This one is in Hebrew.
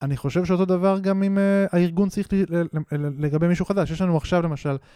אני חושב שאותו דבר גם אם הארגון צריך לגבי מישהו חדש, יש לנו עכשיו למשל...